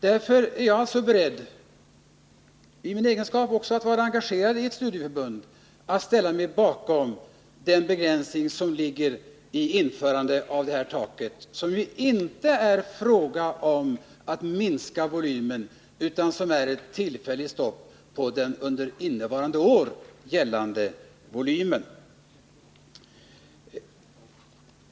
Trots att jag själv är engagerad i ett studieförbund är jag därför beredd att ställa mig bakom den begränsning som förslaget om det här taket innebär. Men förslaget handlar inte om att minska volymen, utan det är fråga om ett tillfälligt stopp vid den under innevarande år gällande volymen.